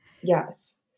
yes